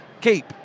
keep